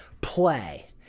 play